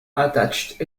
attached